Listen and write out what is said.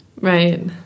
right